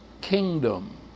kingdom